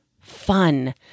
fun